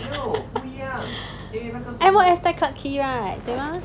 M_O_S 在 clarke quay right